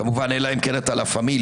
כמובן אלא אם כן אתם לה פמיליה.